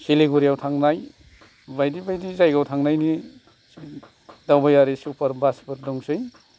सिलिगुरियाव थांनाय बायदि बायदि जायगायाव थांनायनि दावबायारि सुपार बास फोर दंसै